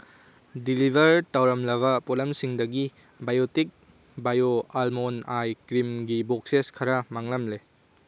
deliver ꯇꯧꯔꯝꯂꯕ ꯄꯣꯠꯂꯝꯁꯤꯡꯗꯒꯤ biotic bio almond ꯑꯥꯏ ꯀ꯭ꯔꯤꯝꯒꯤ ꯕꯣꯛꯁꯦꯁ ꯈꯔ ꯃꯥꯡꯂꯝꯂꯦ